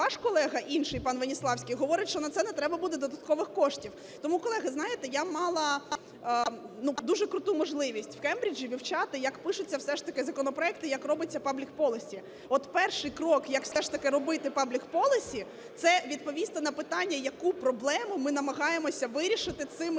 ваш колега інший, пан Веніславський, говорить, що на це не треба буде додаткових коштів. Тому, колеги, знаєте, я мала дуже круту можливість в Кембриджі вивчати, як пишуться все ж таки законопроекти, як робиться public policy. От перший крок, як все ж таки робити public policy, – це відповісти на питання, яку проблему ми намагаємося вирішити цими